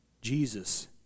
Jesus